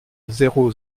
zéro